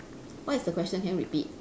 what is the question can you repeat